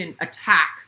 attack